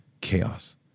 chaos